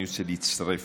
אני רוצה להצטרף.